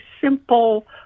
simple